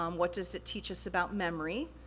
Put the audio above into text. um what does it teach us about memory?